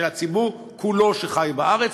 של הציבור כולו שחי בארץ,